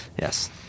Yes